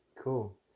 cool